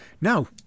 Now